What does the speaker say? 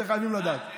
את זה חייבים לדעת.